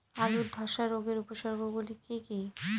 আলুর ধ্বসা রোগের উপসর্গগুলি কি কি?